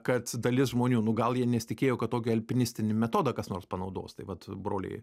kad dalis žmonių nu gal jie nesitikėjo kad tokį alpinistinį metodą kas nors panaudos tai vat broliai